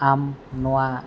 ᱟᱢ ᱱᱚᱣᱟ